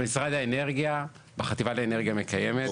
במשרד האנרגיה בחטיבה לאנרגיה מקיימת,